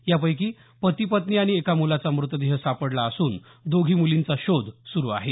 यापैकी पती पत्नी आणि एका मूलाचा मूतदेह सापडला असून दोघी मुलींचा शोध सुरु आहे